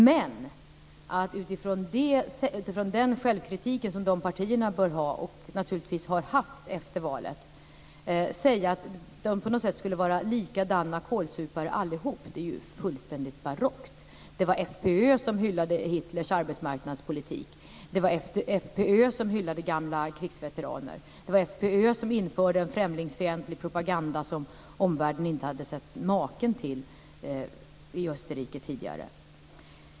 Men att utifrån den självkritik som de partierna bör ha, och naturligtvis också har haft efter valet, säga att de på något sätt skulle vara lika goda kålsupare allihop är ju fullständigt barockt. Det var FPÖ som hyllade Hitlers arbetsmarknadspolitik. Det var FPÖ som hyllade gamla krigsveteraner. Det var FPÖ som införde en främlingsfientlig propaganda som omvärlden inte hade sett maken till i Österrike tidigare.